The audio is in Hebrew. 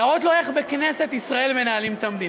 להראות לו איך בכנסת ישראל מנהלים את המדינה.